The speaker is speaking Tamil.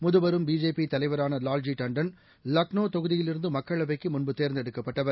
முதபெரும் பிஜேபி தலைவரான வால்ஜி தாண்டன் லக்னோ தொகுதியிலிருந்து மக்களவைக்கு முன்பு தேர்ந்தெடுக்கப்பட்டவர்